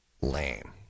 lame